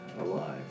alive